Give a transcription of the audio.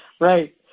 Right